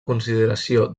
consideració